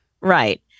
right